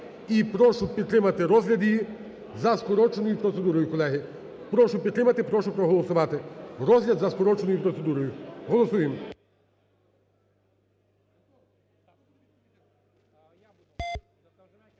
прошу підтримати розгляд її за скороченою процедурою, колеги. Прошу підтримати, прошу проголосувати розгляд за скороченою процедурою. Голосуємо.